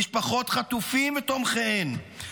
משפחות חטופים ותומכיהן,